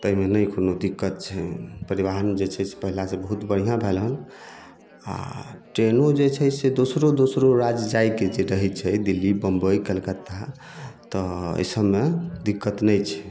ताहिमे नहि कोनो दिक्कत छै परिवाहन जे छै से पहिले से बहुत बढ़िऑं भेल हन आ ट्रेनो जे छै से दोसरो दोसरो राज्य जायके जे रहै छै दिल्ली बम्बइ कलकत्ता तऽ एहि सबमे दिक्कत नहि छै